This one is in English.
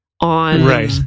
on